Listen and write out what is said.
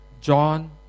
John